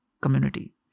community